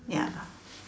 ya